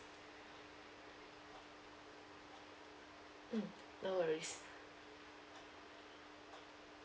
mm no worries